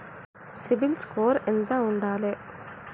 CIBIL score ఎంత ఉండాలే?